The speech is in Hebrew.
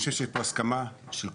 ואני חושב שיש פה הסכמה של כולם.